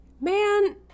Man